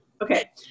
Okay